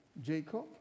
Jacob